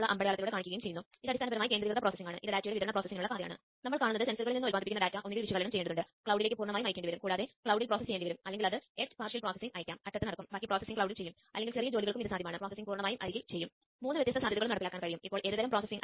അടിസ്ഥാനപരമായി നിങ്ങൾ അത് ചെയ്തുകഴിഞ്ഞാൽ നിങ്ങൾക്ക് വ്യത്യസ്ത ഉപകരണങ്ങൾ ചേർക്കാനും ഉപകരണങ്ങൾ കണ്ടെത്താനും കഴിയും